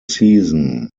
season